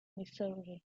missouri